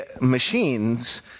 machines